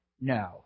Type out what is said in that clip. no